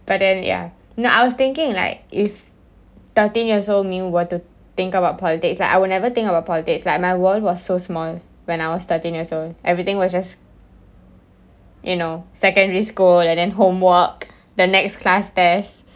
but then ya no I was thinking like if thirteen years old me were to think about politic ah I will never think about politics like my world was so small when I was thirteen years old everything was just you know secondary school and then homework the next class test